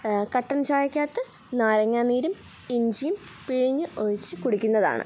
കട്ടൻ ചായക്കകത്ത് നാരങ്ങാ നീരും ഇഞ്ചിയും പിഴിഞ്ഞ് ഒഴിച്ച് കുടിക്കുന്നതാണ്